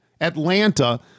Atlanta